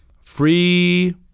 Free